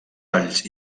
alls